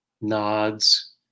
nods